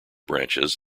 branches